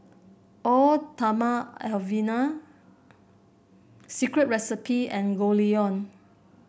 Eau Thermale Avene Secret Recipe and Goldlion